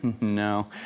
No